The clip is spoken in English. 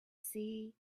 see